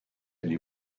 gli